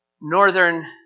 Northern